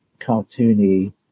cartoony